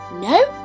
no